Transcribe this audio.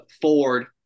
Ford